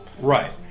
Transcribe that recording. right